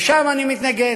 ושם אני מתנגד.